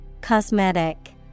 Cosmetic